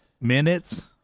Minutes